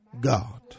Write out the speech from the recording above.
God